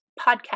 podcast